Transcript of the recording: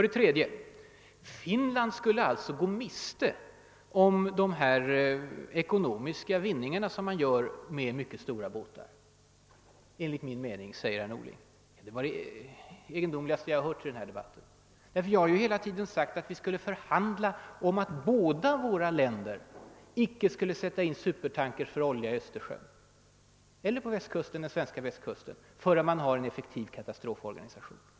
Finland skulle enligt min mening — säger herr Norling — gå miste om de ekonomiska vinningar man gör med stora båtar. Det var det mest egendomliga jag hört i denna debatt. Jag har ju hela tiden sagt att vi skulle förhandla om att båda våra länder skulle avstå från att sätta in supertankers för oljetransporter i Östersjön eller på den svenska Västkusten tills man har en effektiv katastroforganisation.